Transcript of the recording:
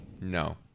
No